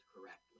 correctly